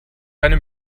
keine